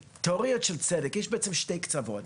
בתיאוריות של צדק, יש בעצם שני קצוות.